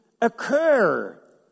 occur